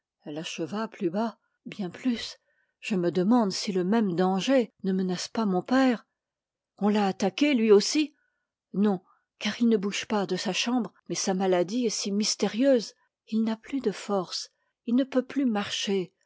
elle acheva plus bas bien plus je me demande si le même danger ne menace pas mon père on l'a attaqué lui aussi non car il ne bouge pas de sa chambre mais sa maladie est si mystérieuse il n'a plus de forces il ne peut plus marcher